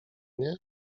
nie